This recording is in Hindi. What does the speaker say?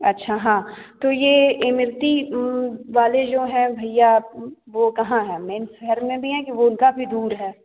अच्छा हाँ तो ये इमरती वाले जो है भैया वो कहाँ है मेन शहर में भी है वो उनका भी दूर है